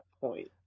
point